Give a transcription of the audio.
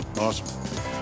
Awesome